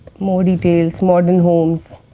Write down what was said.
more details, modern homes,